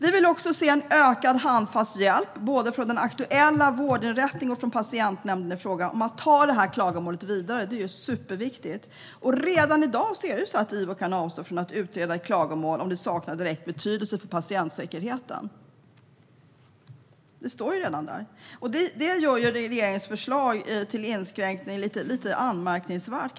Vi vill också se en ökad handfast hjälp från både den aktuella vårdinrättningen och patientnämnden i fråga för att ta klagomålen vidare. Det är superviktigt. Redan i dag kan IVO avstå från att utreda ett klagomål om det saknar direkt betydelse för patientsäkerheten. Det gör regeringens förslag till inskränkning lite anmärkningsvärt.